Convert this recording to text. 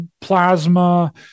plasma